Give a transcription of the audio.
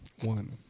one